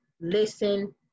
listen